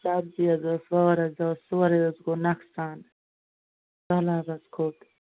سَبزی حظ ٲس واریاہ زیادٕ سورُے حظ گوٚو نۄقصان سہلاب حظ کھوٚت